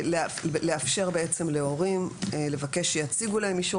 לאפשר בעצם להורים לבקש שיציגו להם אישור